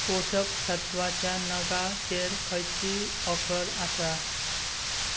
पोशक सत्वाच्या नगाचेर खंयची ऑफर आसा